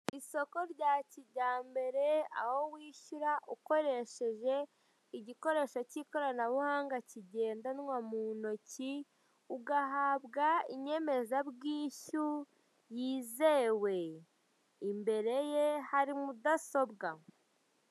Isoko rya kijyambere , aho wishyura ukoresheje igikoreshe cy'ikoranabuhanga kigendanwa mu ntoki bakaguha inyemezabwishyu yizewe. Imbere ye hari mudasobwa.